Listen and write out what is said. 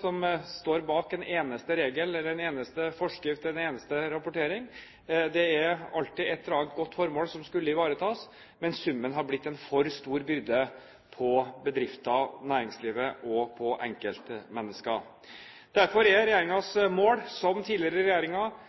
som står bak en eneste regel eller en eneste forskrift eller en eneste rapportering. Det er alltid et eller annet godt formål som skal ivaretas, men summen har blitt en for stor byrde på bedrifter, på næringsliv og på enkeltmennesker. Derfor er regjeringens mål, som tidligere regjeringer,